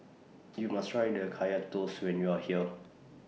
YOU must Try The Kaya Toast when YOU Are here